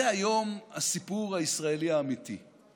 זה הסיפור הישראלי האמיתי היום.